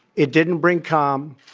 it didn't bring calm.